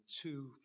two